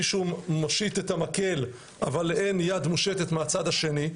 מישהו מושיט את המקל אבל אין יד מושטת מהצד השני,